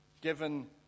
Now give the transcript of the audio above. given